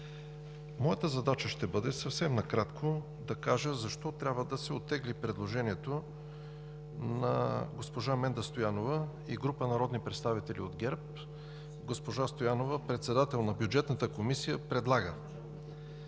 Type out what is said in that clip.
Моята задача ще бъде съвсем накратко да кажа защо трябва да се оттегли предложението на госпожа Менда Стоянова и група народни представители от ГЕРБ. Госпожа Стоянова – председател на Бюджетната комисия, предлага